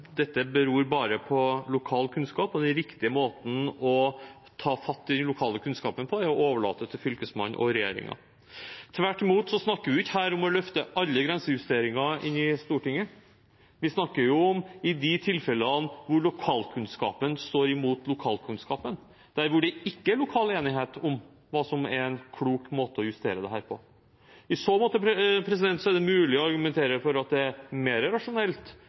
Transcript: dette bare beror på lokal kunnskap, og at den riktige måten å ta fatt i den lokale kunnskapen på er å overlate det til Fylkesmannen og regjeringen. Tvert imot snakker vi ikke her om å løfte alle grensejusteringer inn i Stortinget, vi snakker om de tilfellene hvor lokalkunnskapen står imot lokalkunnskapen – der hvor det ikke er lokal enighet om hva som er en klok måte å justere dette på. I så måte er det mulig å argumentere for at det er mer rasjonelt